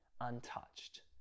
untouched